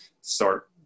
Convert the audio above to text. start